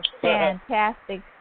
fantastic